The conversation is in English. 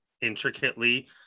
intricately